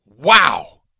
Wow